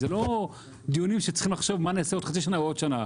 זה לא דיונים שצריכים לחשוב מה נעשה עוד חצי שנה או עוד שנה?